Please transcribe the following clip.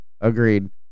agreed